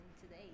today